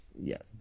yes